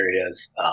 areas